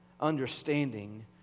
understanding